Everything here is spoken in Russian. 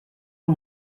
вам